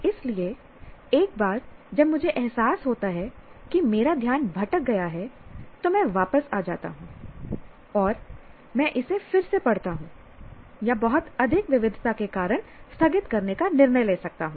इसलिए एक बार जब मुझे एहसास होता है कि मेरा ध्यान भटक गया है तो मैं वापस आ जाता हूं और मैं इसे फिर से पढ़ता हूं या बहुत अधिक विविधता के कारण स्थगित करने का निर्णय ले सकता हूं